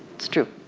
it's true.